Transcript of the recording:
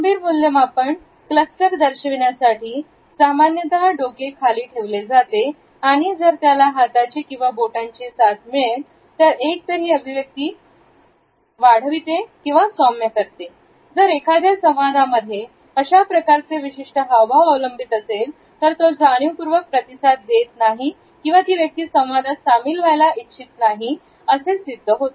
गंभीर मूल्यमापन क्लस्टर दर्शविण्यासाठी सामान्यतः डोके खाली ठेवले जाते आणि जर याला हाताची किंवा बोटांची साथ मिळाले तर एक तर ही अभिव्यक्ती वाढवते किंवा सौम्या करते जर एखाद्या संवादांमध्ये व्यक्ती अशाप्रकारचे विशिष्ट हावभाव अवलंबित असेल तर तो जाणीवपूर्वक प्रतिसाद देत नाही किंवा ती व्यक्ती संवादात सामील व्हायला इच्छित नाही असे सिद्ध होते